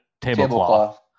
tablecloth